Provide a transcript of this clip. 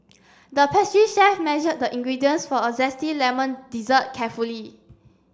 the pastry chef measured the ingredients for a zesty lemon dessert carefully